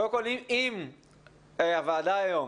קודם כל, אם הוועדה היום